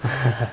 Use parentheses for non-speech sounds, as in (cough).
(laughs)